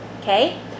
Okay